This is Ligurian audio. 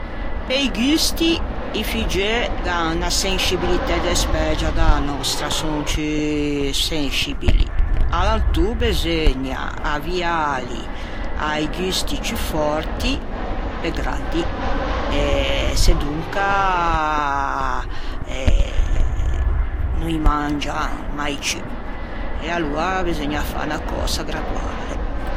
Pe-i gusti i figgeu gh'an unna senscibilitæ despægia da-a nòstra, son ciù senscibili. Alantô beseugna avviâli a-i gusti ciù fòrti pe graddi eh sedonca eh no î mangian mai ciù e aloa beseugna fâ unna cösa graduale.